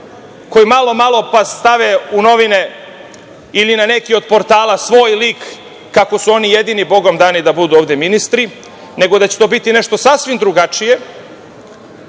koji malo-malo pa stave u novine ili na neki od portala svoj lik kako su oni jedini bogom dani da budu ovde ministri, nego da će to biti nešto sasvim drugačije.